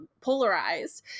polarized